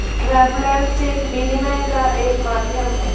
travellers cheque विनिमय का एक माध्यम है